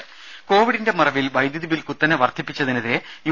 രുര കോവിഡിന്റെ മറവിൽ വൈദ്യുതിബിൽ കുത്തനെ വർധിപ്പിച്ചതിനെതിരെ യു